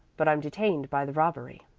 but i'm detained by the robbery.